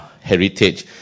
heritage